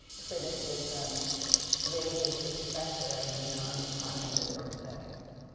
criticism raises the specter of a non-cognitive aesthetic?